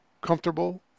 comfortable